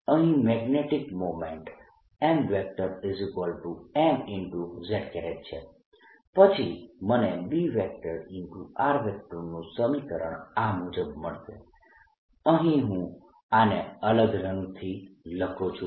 અહીં magnetic moment mm z છે પછી મને B નું સમીકરણ આ મુજબ મળશે અહીં હું આને અલગ રંગથી લખું છું